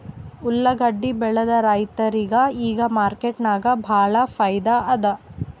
ಉಳ್ಳಾಗಡ್ಡಿ ಬೆಳದ ರೈತರಿಗ ಈಗ ಮಾರ್ಕೆಟ್ನಾಗ್ ಭಾಳ್ ಫೈದಾ ಅದಾ